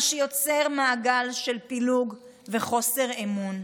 מה שיוצר מעגל של פילוג וחוסר אמון.